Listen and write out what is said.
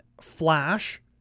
Flash